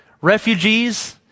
refugees